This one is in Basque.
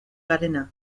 garena